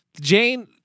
Jane